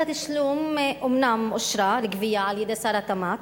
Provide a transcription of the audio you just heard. התשע"א 2011, מוועדת הכספים לוועדת העבודה,